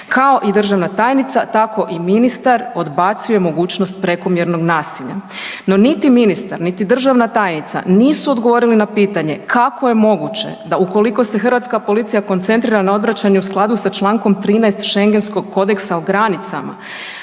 Kao i državna tajnica tako i ministar odbacuje mogućnost prekomjernog nasilja. No niti ministar, niti državna tajnica nisu odgovorili na pitanje kako je moguće da ukoliko se Hrvatska policija koncentrira na odvraćanje u skladu sa čl. 13. Šengenskog kodeksa o granicama